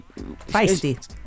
feisty